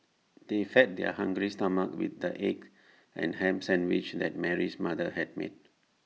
they fed their hungry stomachs with the egg and Ham Sandwiches that Mary's mother had made